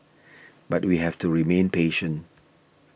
but we have to remain patient